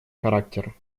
характер